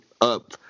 up